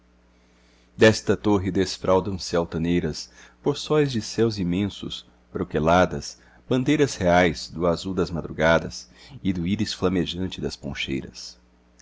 desta torre desfraldam se altaneiras por sóis de céus imensos broqueladas bandeiras reais do azul das madrugadas e do íris flamejante das poncheiras